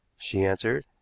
she answered.